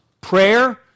Prayer